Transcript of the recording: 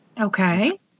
Okay